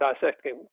dissecting